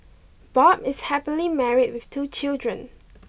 Bob is happily married with two children